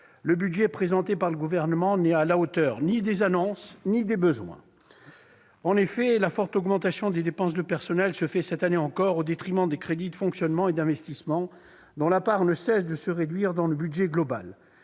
le budget présenté par le Gouvernement n'est à la hauteur ni des annonces ni des besoins. En effet, la forte augmentation des dépenses de personnel se fait, cette année encore, au détriment des crédits de fonctionnement et d'investissement, dont la part ne cesse de se réduire dans le budget global.